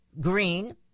Green